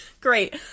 great